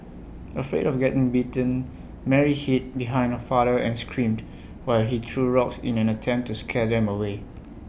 afraid of getting bitten Mary hid behind her father and screamed while he threw rocks in an attempt to scare them away